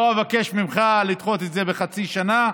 אני לא אבקש ממך לדחות את זה בחצי שנה.